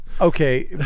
Okay